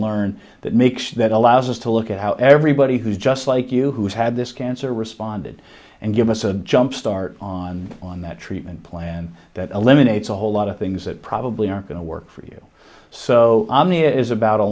learn that makes that allows us to look at how everybody who just like you who's had this cancer responded and give us a jump start on on that treatment plan that eliminates a whole lot of things that probably aren't going to work for you so on the it is about a